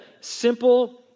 simple